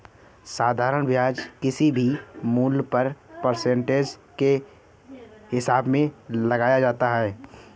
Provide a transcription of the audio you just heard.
साधारण ब्याज किसी भी मूल्य पर परसेंटेज के हिसाब से लगाया जाता है